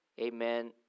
Amen